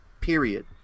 period